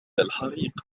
الحريق